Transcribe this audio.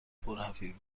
پرحرفی